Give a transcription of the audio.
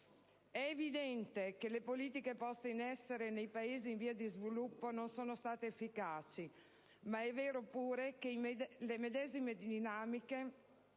È evidente che le politiche poste in essere nei Paesi in via di sviluppo non sono state efficaci, ma è vero pure che le medesime dinamiche